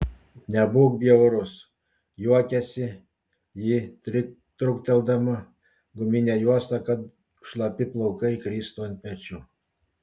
nebūk bjaurus juokiasi ji trūkteldama guminę juostą kad šlapi plaukai kristų ant pečių